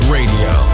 Radio